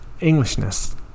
Englishness